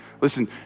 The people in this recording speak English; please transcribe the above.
Listen